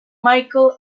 michael